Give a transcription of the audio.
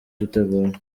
dutegura